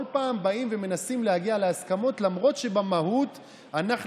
כל פעם באים ומנסים להגיע להסכמות למרות שבמהות אנחנו